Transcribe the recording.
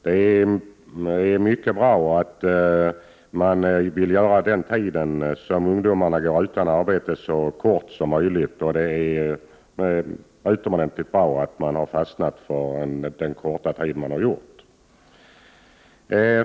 Det är mycket bra att man vill göra den tid som ungdomarna går utan arbete så kort som möjligt. Det är utomordentligt bra att man har fastnat för den korta tid som nu föreslås.